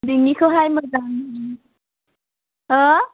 नोंनिखौहाय मोजां हो